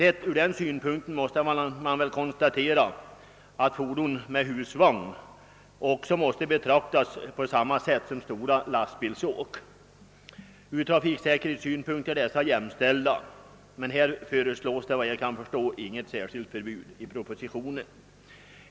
I sammanhanget kan nämnas att fordon med husvagn väl måste ur trafiksäkerhetssynpunkt betraktas som jämställda med stora lastbilsåk, men här föreslås det, såvitt jag kan förstå, inget särskilt förbud i propositionen.